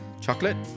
chocolate